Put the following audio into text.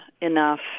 enough